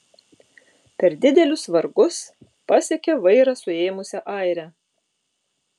per didelius vargus pasiekė vairą suėmusią airę